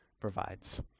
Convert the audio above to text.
provides